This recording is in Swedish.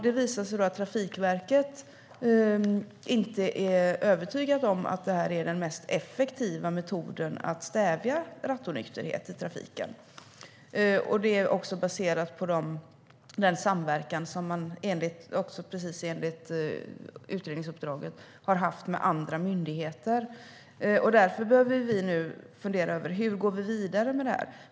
Det visar sig då att Trafikverket inte är övertygat om att alkobommar är den mest effektiva metoden för att stävja rattonykterhet i trafiken. Det är baserat på den samverkan som man enligt utredningsuppdraget har haft med andra myndigheter. Därför behöver vi nu fundera över hur vi går vidare med detta.